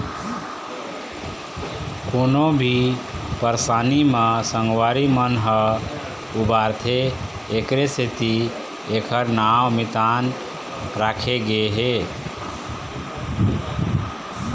कोनो भी परसानी म संगवारी मन ह उबारथे एखरे सेती एखर नांव मितान राखे गे हे